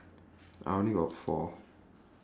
I only got four